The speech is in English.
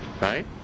right